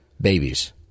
babies